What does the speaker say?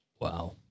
Wow